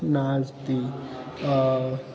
नास्ति